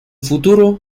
futuro